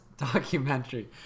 documentary